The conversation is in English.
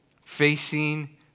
Facing